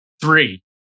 Three